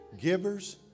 Givers